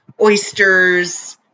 oysters